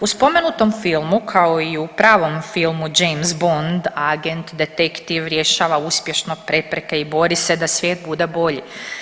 U spomenutom filmu, kao i u pravom filmu James Bond, agent, detektiv rješava uspješno prepreke i bori se da svijet bude bolji.